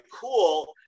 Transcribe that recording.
cool